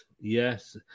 yes